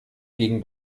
gegen